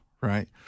right